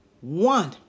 one